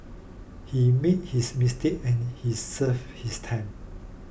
he made his mistake and he served his time